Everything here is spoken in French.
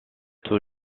tous